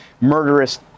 murderous